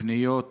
בפניות